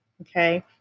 Okay